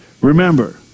Remember